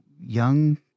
young